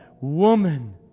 woman